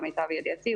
למיטב ידיעתי.